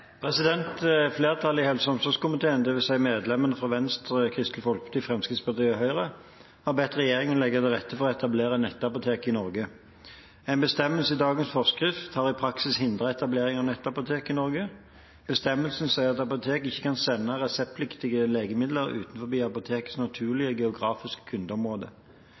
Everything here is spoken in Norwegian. Flertallet i helse- og omsorgskomiteen, det vil si medlemmene fra Venstre, Kristelig Folkeparti, Fremskrittspartiet og Høyre, har bedt regjeringen legge til rette for å etablere nettapotek i Norge. En bestemmelse i dagens forskrift har i praksis hindret etablering av nettapotek i Norge. Bestemmelsen sier at apotek ikke kan sende reseptpliktige legemidler utenfor apotekets naturlige geografiske kundeområde.